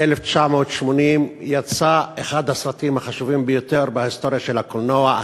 ב-1980 יצא אחד הסרטים החשובים ביותר בהיסטוריה של הקולנוע,